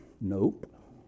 Nope